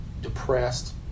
depressed